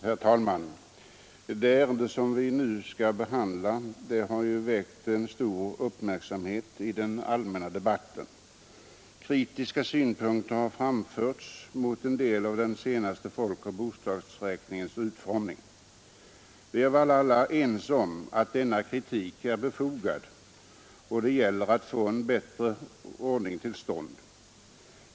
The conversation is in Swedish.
Herr talman! Det ärende som vi nu behandlar har väckt stor uppmärksamhet i den allmänna debatten. Kritiska synpunkter har framförts mot en del av den senaste folkoch bostadsräkningens utformning. Vi är väl alla ense om att denna kritik är befogad, och det gäller att få en bättre ordning till stånd.